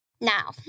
Now